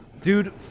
dude